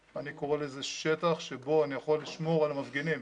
אני קורא לזה שטח שבו אני יכול לשמור על המפגינים,